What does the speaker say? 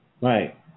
Right